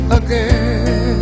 again